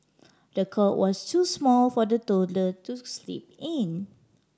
the cot was too small for the toddler to sleep in